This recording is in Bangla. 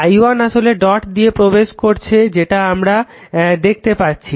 i1 আসলে ডট দিয়ে প্রবেশ করছে যেটা আমরা দেখতে পাচ্ছি